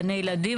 גני ילדים,